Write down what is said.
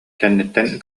кэнниттэн